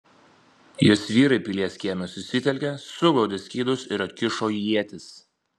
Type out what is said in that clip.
jos vyrai pilies kieme susitelkė suglaudė skydus ir atkišo ietis